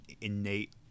innate